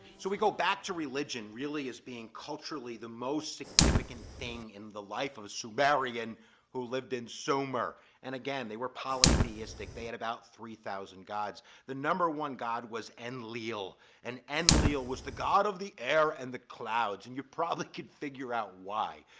so we go back to religion really as being culturally the most significant thing in the life of a sumerian who lived in sumer and again? they were polytheistic they had about gods the number one god was enlil and enlil was the god of the air and the clouds and you probably could figure out why?